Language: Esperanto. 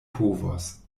povos